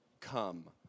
come